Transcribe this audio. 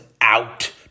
out